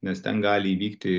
nes ten gali įvykti